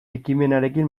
ekimenarekin